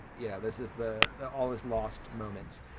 you know, this is the the all this lost moment.